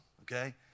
okay